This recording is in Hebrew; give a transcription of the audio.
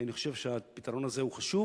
כי אני חושב שהפתרון הזה הוא חשוב.